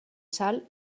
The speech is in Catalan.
sal